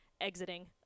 exiting